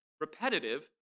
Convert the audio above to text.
repetitive